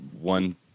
One